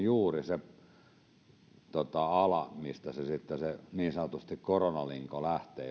juuri se ala mistä niin sanotusti se koronalinko lähtee